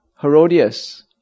Herodias